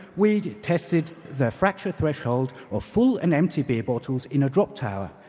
we tested the fracture threshold of full and empty bottles in a drop tower.